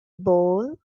bowl